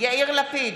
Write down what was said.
יאיר לפיד,